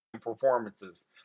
performances